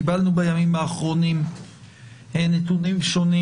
קיבלנו בימים האחרונים נתונים שונים